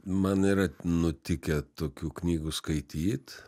man yra nutikę tokių knygų skaityt